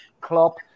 Klopp